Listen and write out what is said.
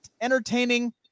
entertaining